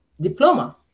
diploma